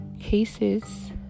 cases